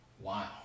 Wow